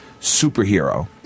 superhero